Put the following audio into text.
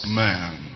man